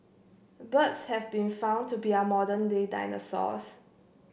birds have been found to be our modern day dinosaurs